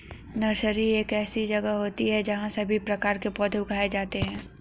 nursery एक ऐसी जगह होती है जहां सभी प्रकार के पौधे उगाए जाते हैं